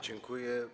Dziękuję.